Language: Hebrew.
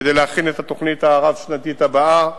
כדי להכין את התוכנית הרב-שנתית הבאה.